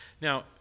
Now